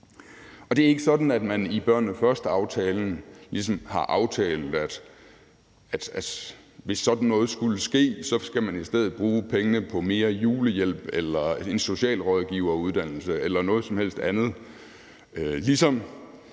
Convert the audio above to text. Og det er ikke sådan, at man i aftalen om »Børnene Først« ligesom havde aftalt, at hvis sådan noget skulle ske, skulle man i stedet bruge pengene på mere julehjælp eller en socialrådgiveruddannelse eller noget som helst andet.